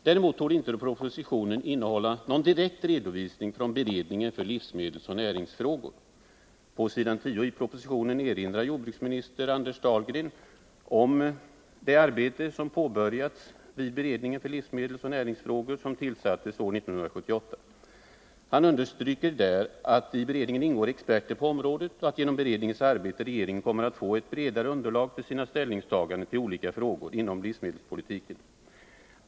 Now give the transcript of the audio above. Däremot torde inte propositionen innehålla någon direkt redovisning från beredning för livsmedelsoch näringsfrågor. På s. 10 i propositionen erinrar jordbruksministern Anders Dahlgren om det arbete som har påbörjats vid en beredning för livsmedelsoch näringsfrågor som tillsattes år 1978. Han understryker där att i beredningen ingår experter på området och att genom beredningens arbete regeringen kommer att få ett bredare underlag för sina ställningstaganden till olika frågor inom livsmedelspolitiken.